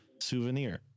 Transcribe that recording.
souvenir